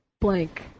blank